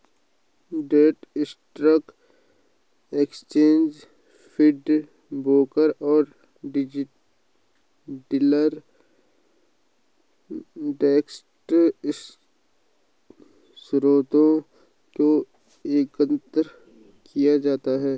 data stock exchange feed, broker और dealer desk स्रोतों से एकत्र किया जाता है